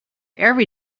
every